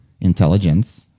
intelligence